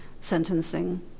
sentencing